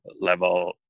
level